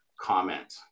comment